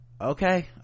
okay